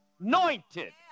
anointed